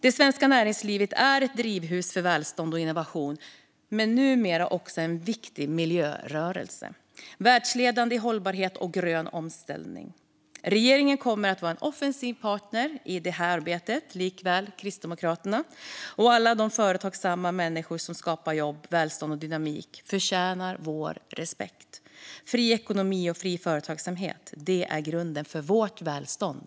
Det svenska näringslivet är ett drivhus för välstånd och innovation men numera också en viktig miljörörelse - världsledande i hållbarhet och grön omställning. Regeringen kommer att vara en offensiv partner i det arbetet, liksom Kristdemokraterna. Alla de företagsamma människor som skapar jobb, välstånd och dynamik förtjänar vår respekt. Fri ekonomi och fri företagsamhet är grunden för vårt välstånd.